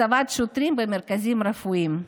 הצבת שוטרים במרכזים רפואיים.